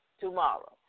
tomorrow